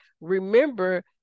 remember